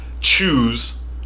choose